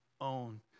own